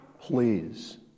Please